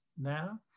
now